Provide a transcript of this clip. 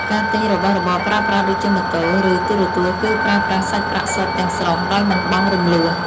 ការទិញរបស់របរប្រើប្រាស់ដូចជាម៉ូតូ ឬទូរទស្សន៍គឺប្រើប្រាស់សាច់ប្រាក់សុទ្ធទាំងស្រុងដោយមិនបង់រំលស់។